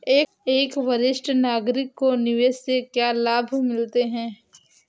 एक वरिष्ठ नागरिक को निवेश से क्या लाभ मिलते हैं?